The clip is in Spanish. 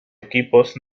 equipos